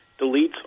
deletes